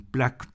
Black